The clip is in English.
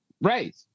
right